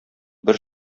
бер